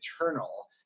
eternal